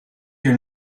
your